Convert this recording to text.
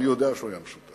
אני יודע שהוא היה משותף.